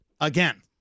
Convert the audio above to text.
again